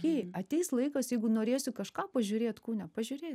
okei ateis laikas jeigu norėsi kažką pažiūrėt kūne pažiūrėsi